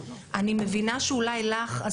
אני מבינה שאולי לך,